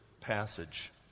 passage